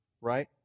right